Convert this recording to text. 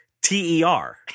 T-E-R